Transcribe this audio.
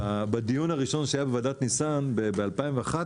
בדיון הראשון שהיה בוועדת ניסן ב-2011